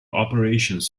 operations